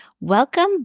welcome